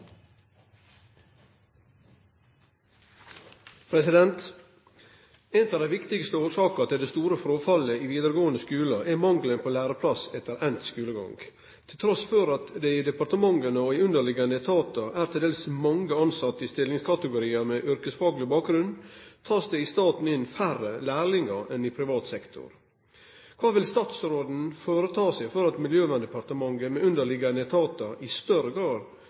de underliggende etater er til dels mange ansatte i stillingskategorier med yrkesfaglig bakgrunn, tas det i staten inn færre lærlinger enn i privat sektor. Hva vil statsråden foreta seg for at Miljøverndepartementet med underliggende etater i større grad